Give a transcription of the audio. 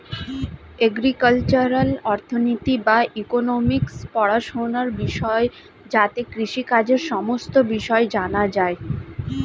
agricultural অর্থনীতি বা economics পড়াশোনার বিষয় যাতে কৃষিকাজের সমস্ত বিষয় জানা যায়